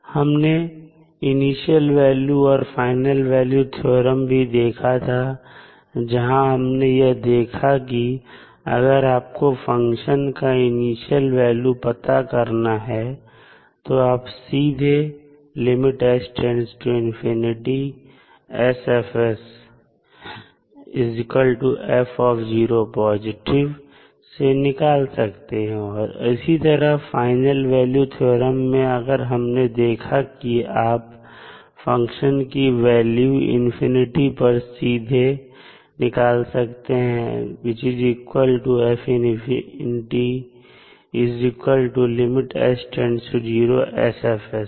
हमने initial value और final value theorem भी देखा था जहां हमने यह देखा कि अगर आपको फंक्शन का इनिशियल वैल्यू पता करना है तो आप सीधे से निकाल सकते हैं और इसी तरह फाइनल वैल्यू थ्योरम में हमने देखा कि आप फंक्शन की वैल्यू इंफिनिटी पर सीधे निकाल सकते हैं से